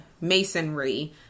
masonry